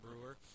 Brewer